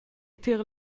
tier